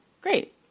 Great